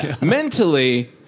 Mentally